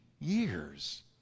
years